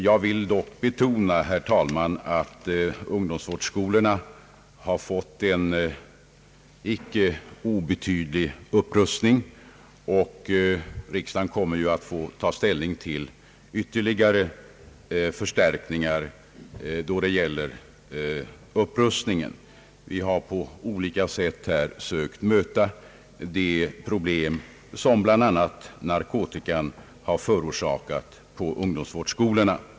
Dock vill jag betona, herr talman, att ungdomsvårdsskolorna har blivit föremål för en icke obetydlig upprustning och att riksdagen kommer att få ta ställning till ytterligare upprustning. Vi har på olika sätt sökt lösa de problem som bland annat narkotikan har förorsakat på ungdomsvårdsskolorna.